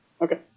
Okay